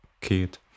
kid